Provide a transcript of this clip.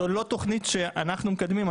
זו לא תוכנית שאנחנו מקדמים.